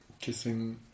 kissing